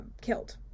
killed